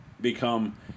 Become